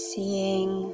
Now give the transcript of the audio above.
Seeing